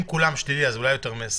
אם כולם שלילי, אז אולי יותר מ-20?